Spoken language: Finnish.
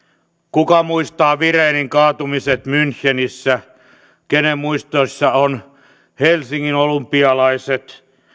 kuka muistaa virenin kaatumiset munchenissä kenen muistoissa on helsingin olympialaiset